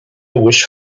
wish